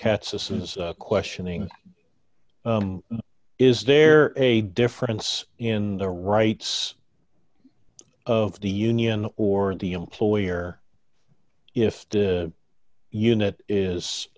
katz this is questioning is there a difference in the rights of the union or the employer if the unit is